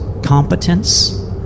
competence